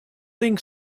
think